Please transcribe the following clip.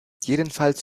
jedenfalls